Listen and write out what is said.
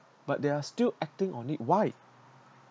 but they are still acting on it why